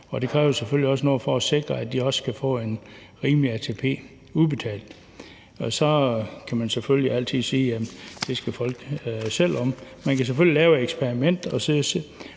det kræver selvfølgelig også noget for at sikre, at de også kan få en rimelig ATP udbetalt. Så kan man selvfølgelig altid sige, at det skal folk selv om. Man kan også lave et eksperiment og så